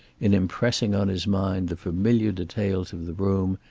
in impressing on his mind the familiar details of the room,